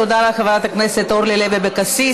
תודה לחברת הכנסת אורלי לוי אבקסיס.